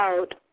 out